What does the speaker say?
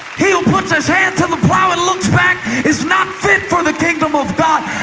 he who puts his hand to the plow and looks back is not fit for the kingdom of god.